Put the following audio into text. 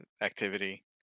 activity